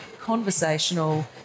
conversational